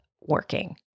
working